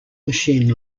machine